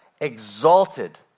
exalted